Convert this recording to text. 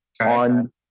on